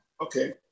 Okay